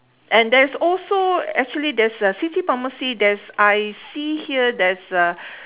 and there's also actually there's a city pharmacy there's I see here there's a